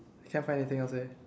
can't find anything else eh